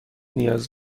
نیاز